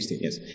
yes